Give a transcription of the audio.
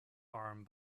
harm